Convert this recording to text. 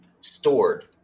stored